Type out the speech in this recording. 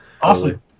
Awesome